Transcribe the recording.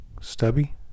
Stubby